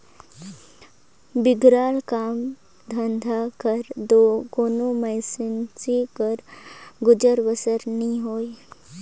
बिगर काम धंधा कर दो कोनो मइनसे कर गुजर बसर नी होए